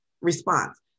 response